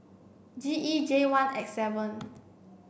G E J one X seven